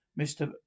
Mr